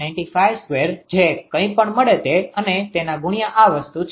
952 જે કઈ પણ મળે તે અને તેના ગુણ્યા આ વસ્તુ છે